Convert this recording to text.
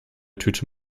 tüte